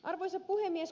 arvoisa puhemies